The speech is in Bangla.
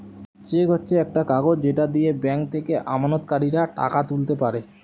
চেক হচ্ছে একটা কাগজ যেটা দিয়ে ব্যাংক থেকে আমানতকারীরা টাকা তুলতে পারে